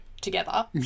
together